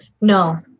No